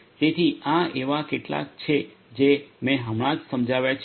તેથી આ એવા કેટલાક છે જે મેં હમણાં જ સમજાવ્યા છે